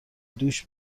دوش